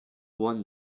won